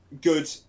good